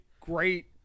great